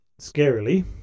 scarily